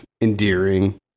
endearing